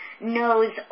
knows